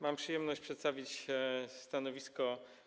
Mam przyjemność przedstawić stanowisko